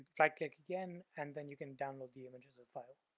right click again, and then you can download the image as a file.